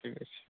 ঠিক আছে